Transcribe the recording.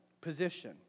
Position